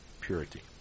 purity